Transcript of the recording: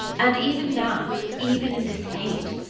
and even now, even in this hate,